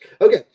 Okay